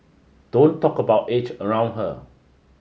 don't talk about age around her